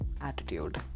attitude